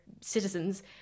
citizens